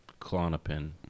Clonopin